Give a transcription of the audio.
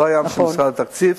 לא היה קיצוץ בתקציב,